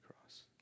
cross